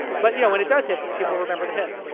but you know when it does hit, people remember the hits, like